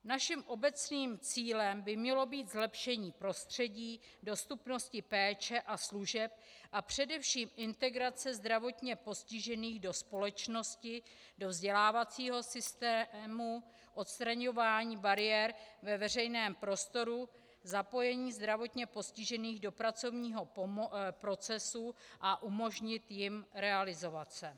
Naším obecným cílem by mělo být zlepšení prostředí, dostupnosti péče a služeb a především integrace zdravotně postižených do společnosti, do vzdělávacího systému, odstraňování bariér ve veřejném prostoru, zapojení zdravotně postižených do pracovního procesu a umožnit jim realizovat se.